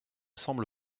semble